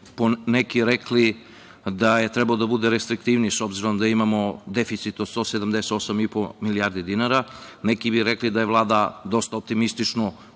neki rekli da je trebalo da bude restriktivniji, s obzirom da imamo deficit od 178,5 milijarde dinara. Neki bi rekli da je Vlada dosta optimistično